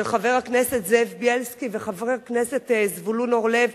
של חבר הכנסת זאב בילסקי וחבר הכנסת זבולון אורלב,